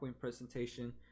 presentation